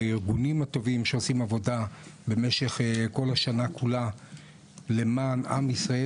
הארגונים הטובים שעושים עבודה במשך כל השנה כולה למען עם ישראל,